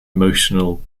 emotional